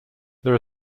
there